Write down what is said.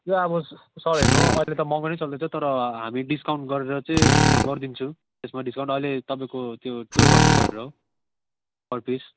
यो अब सर हेर्नु अहिले त महँगो नै चल्दैछ तर हामी डिस्काउन्ट गरेर चाहिँ गरिदिन्छु त्यसमा डिस्काउन्ट अहिले तपाईँको त्यो टुवेल्भ हन्ड्रेड गरेर हो पर पिस